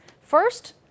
First